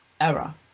error